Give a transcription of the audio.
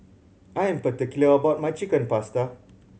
I am particular about my Chicken Pasta